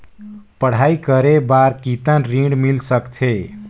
पढ़ाई करे बार कितन ऋण मिल सकथे?